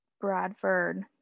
Bradford